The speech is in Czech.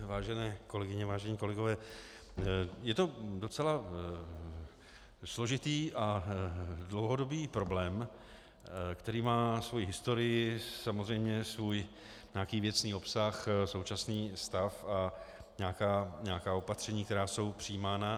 Vážené kolegyně, vážení kolegové, je to docela složitý a dlouhodobý problém, který má svoji historii, samozřejmě svůj nějaký věcný obsah, současný stav a nějaká opatření, která jsou přijímána.